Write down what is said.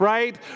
Right